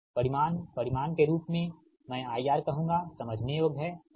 परिमाण परिमाण के रूप में मैं IR कहूँगा समझने योग्य है ठीक